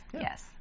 yes